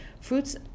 Fruits